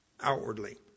outwardly